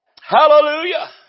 Hallelujah